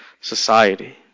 society